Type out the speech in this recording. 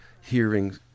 hearing